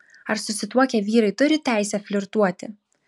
ar susituokę vyrai turi teisę flirtuoti